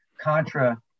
contra